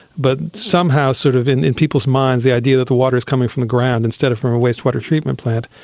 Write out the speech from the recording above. but somehow sort of in in people's minds, the idea that the water is coming from the ground instead of from a wastewater treatment plant,